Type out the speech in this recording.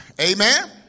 amen